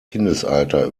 kindesalter